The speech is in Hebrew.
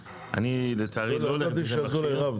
עליי זה מקובל אין בעיה.